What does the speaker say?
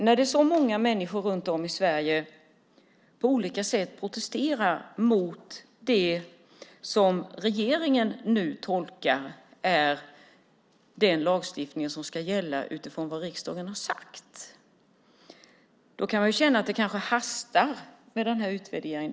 När så många människor runt om i Sverige på olika sätt protesterar mot det som regeringen tolkar är den lagstiftning som ska gälla utifrån vad riksdagen har sagt, kan man känna att det kanske hastar med den här utvärderingen.